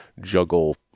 juggle